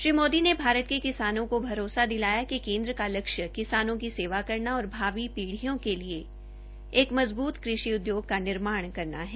श्री मोदी ने भारत के किसानों को भरोसा दिलाया कि केन्द्र का लक्ष्य किसानों की सेवा करना और भावी पीढियों के लिए एक मजबूत कृषि उदयोग का निर्माण करना है